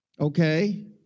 Okay